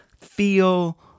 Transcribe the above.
feel